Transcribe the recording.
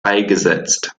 beigesetzt